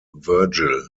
virgil